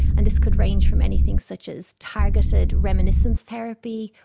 and this could range from anything such as targeted reminiscence therapy,